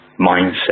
mindset